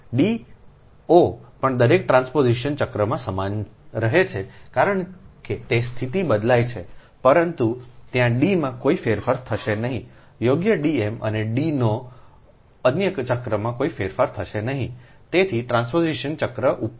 D ઓ પણ દરેક ટ્રાન્સપોઝિશન ચક્રમાં સમાન રહે છે કારણ કે તે સ્થિતિ બદલાય છે પરંતુ ત્યાં D માં પણ કોઈ ફેરફાર થશે નહીં યોગ્ય D m અને ડીનો અન્ય ચક્રમાં કોઈ ફેરફાર થશે નહીં તેથી ટ્રાન્સપોઝિશન ચક્ર ઉપર